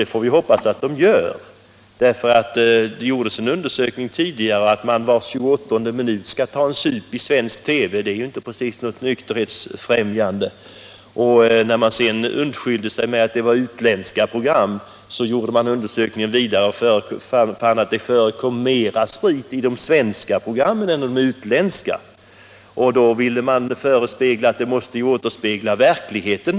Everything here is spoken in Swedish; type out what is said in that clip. Vi får hoppas att så blir fallet. Det gjordes tidigare en undersökning som visade att man var tjugoåttonde minut tar en sup i svensk TV. Det är inte precis något nykterhetsfrämjande. När man sedan undskyllde sig med att det var utländska program fördes undersökningen vidare, varvid det visade sig att det förekom mera sprit i de svenska programmen än i de utländska. Då ville man göra gällande att programmen ju måste återspegla verkligheten.